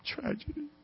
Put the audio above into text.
Tragedy